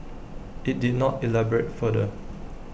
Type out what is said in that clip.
IT did not elaborate further